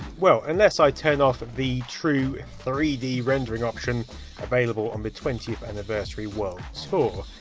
well, unless i turn off the true three d rendering option available on the twentieth anniversary world so